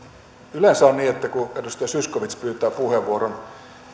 yleensä on niin että kun edustaja zyskowicz pyytää puheenvuoron